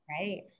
Right